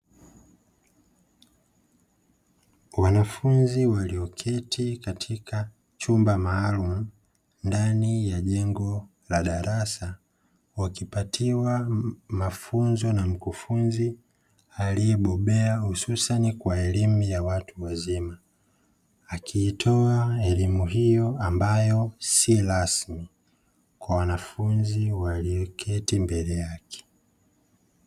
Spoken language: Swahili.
Wanafunzi walioketi katika chumba maalumu ndani ya jengo la darasa wakipatiwa mafunzo na mkufunzi aliyebobea hususani kwa elimu ya watu wazima, akiitoa elimu hio ambayo si rasmi kwa wanafunzi walioketi mbele yake.